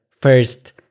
first